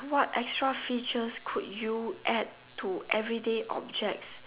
what extra features could you add to everyday objects